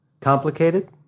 Complicated